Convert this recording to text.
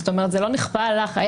זאת אומרת, זה לא נכפה על החייב,